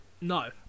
No